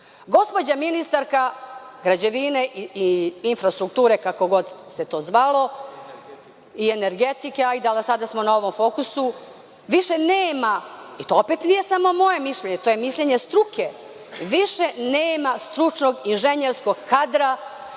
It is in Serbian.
Gospođa ministarka građevine i infrastrukture, kako god se to zvalo i energetike, ali sada smo na ovom fokusu više nema i to opet nije samo moje mišljenje, to je mišljenje struke, više nema stručnog inženjerskog kadra